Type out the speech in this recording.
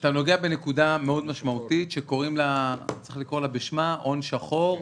אתה נוגע בנקודה מאוד משמעותית שקוראים לה בשמה הון שחור,